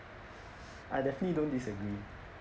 I definitely don't disagree